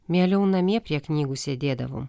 mieliau namie prie knygų sėdėdavom